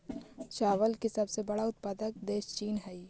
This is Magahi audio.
चावल के सबसे बड़ा उत्पादक देश चीन हइ